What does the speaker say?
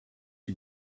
die